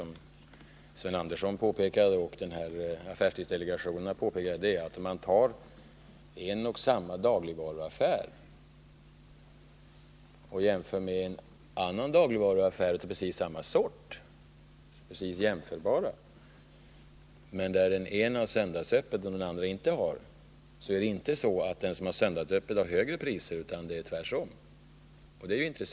Men -— det har arbetstidsdelegationen påpekat och även Sven Andersson här i kammaren — om man jämför en dagligvaruaffär med en annan dagligvaruaffär av precis samma typ, dvs. två helt jämförbara butiker, av vilka den ena har söndagsöppet och inte den andra, finner man att det inte är den som har söndagsöppet som har högre priser utan tvärtom.